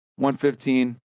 115